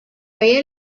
había